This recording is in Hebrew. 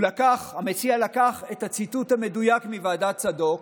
המציע לקח את הציטוט המדויק מוועדת צדוק,